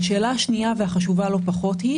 והשאלה השנייה והחשובה לא פחות היא: